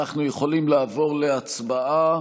אנחנו יכולים לעבור להצבעה.